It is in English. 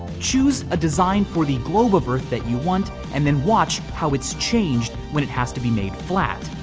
choose a design for the globe of earth that you want and then watch how it's changed when it has to be made flat.